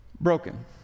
broken